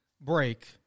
break